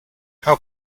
how